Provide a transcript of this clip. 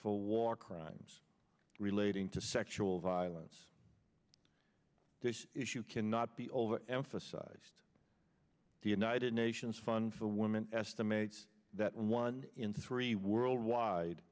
for war crimes relating to sexual violence this issue cannot be over emphasized the united nations fund for women estimates that one in three worldwide